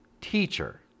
teacher